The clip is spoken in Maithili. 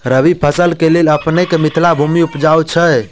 रबी फसल केँ लेल अपनेक मिथिला भूमि उपजाउ छै